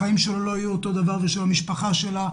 החיים שלו לא יהיו אותו דבר וגם של המשפחה שלה.